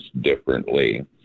differently